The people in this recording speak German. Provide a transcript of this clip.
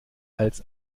als